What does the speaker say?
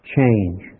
Change